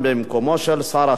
ועדת המדע.